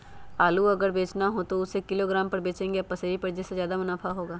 आलू अगर बेचना हो तो हम उससे किलोग्राम पर बचेंगे या पसेरी पर जिससे ज्यादा मुनाफा होगा?